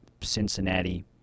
Cincinnati